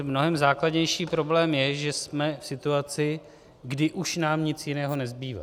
Mnohem základnější problém je, že jsme v situaci, kdy už nám nic jiného nezbývá.